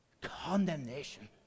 Condemnation